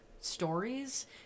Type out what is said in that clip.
stories